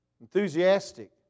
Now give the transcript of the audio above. enthusiastic